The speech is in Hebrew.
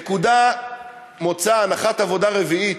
נקודת מוצא הנחה רביעית,